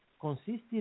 consisted